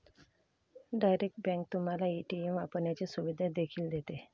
direct bank तुम्हाला ATM वापरण्याची सुविधा देखील देते